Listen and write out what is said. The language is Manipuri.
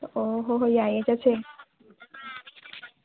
ꯑꯣ ꯍꯣꯏ ꯍꯣꯏ ꯌꯥꯏꯑꯦ ꯆꯠꯁꯦ